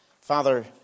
Father